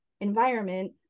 environment